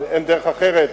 אבל אין דרך אחרת,